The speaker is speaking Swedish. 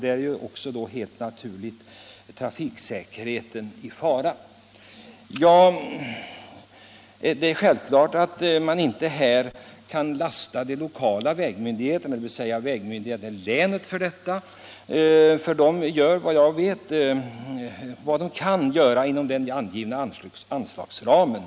Där är också, helt naturligt, trafiksäkerheten i fara. Det är självklart att man inte kan lasta vägmyndigheterna i länen för detta. De gör, såvitt jag vet, vad de kan inom den givna anslagsramen.